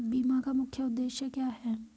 बीमा का मुख्य उद्देश्य क्या है?